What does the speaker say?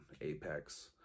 Apex